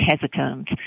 hesitant